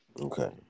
Okay